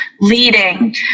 leading